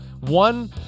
one